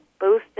boosted